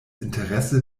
interesse